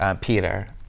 Peter